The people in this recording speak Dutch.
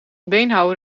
beenhouwer